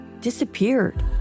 disappeared